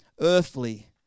earthly